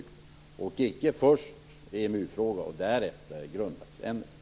Man skall icke först ta EMU-frågan och därefter frågan om grundlagsändring.